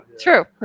True